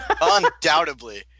Undoubtedly